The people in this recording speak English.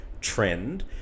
trend